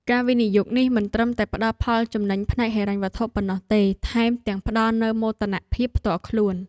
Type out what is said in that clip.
ការវិនិយោគនេះមិនត្រឹមតែផ្តល់ផលចំណេញផ្នែកហិរញ្ញវត្ថុប៉ុណ្ណោះទេថែមទាំងផ្តល់នូវមោទនភាពផ្ទាល់ខ្លួន។